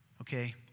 okay